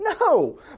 No